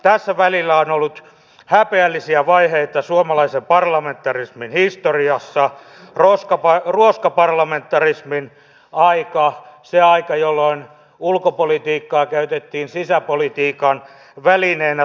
tässä välillä on ollut häpeällisiä vaiheita suomalaisen parlamentarismin historiassa ruoskaparlamentarismin aika se aika jolloin ulkopolitiikkaa käytettiin sisäpolitiikan välineenä